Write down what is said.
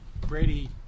Brady